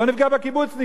בוא נפגע בקיבוצניקים.